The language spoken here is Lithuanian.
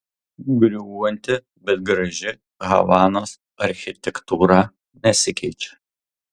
griūvanti bet graži havanos architektūra nesikeičia